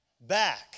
back